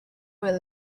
were